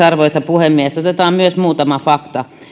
arvoisa puhemies otetaan myös muutama fakta